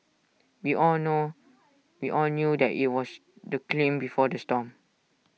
we all know we all knew that IT was the claim before the storm